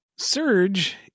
Surge